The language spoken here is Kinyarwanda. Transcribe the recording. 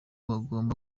bagomba